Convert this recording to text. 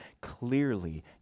Clearly